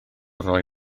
roi